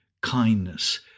kindness